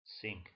sink